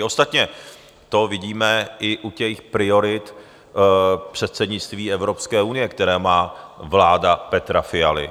Ostatně to vidíme i u priorit předsednictví Evropské unie, které má vláda Petra Fialy.